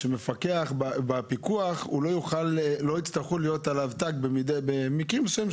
שמפקח בפיקוח לא יצטרך להיות עליו תג במקרים מסוימים.